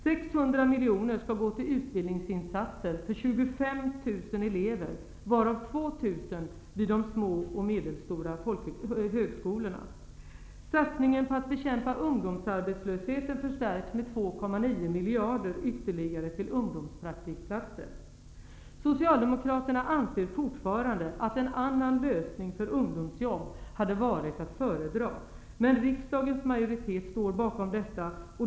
600 miljoner kronor skall gå till utbildningsinsatser för 25 000 elever, varav 2 000 Socialdemokraterna anser fortfarande att en annan lösning för ungdomsjobb hade varit att föredra. Men riksdagens majoritet står bakom detta.